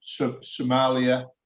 somalia